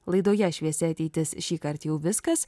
laidoje šviesi ateitis šįkart jau viskas